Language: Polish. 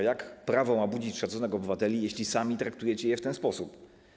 Jak prawo ma budzić szacunek obywateli, jeśli sami traktujecie je w ten sposób?